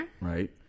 right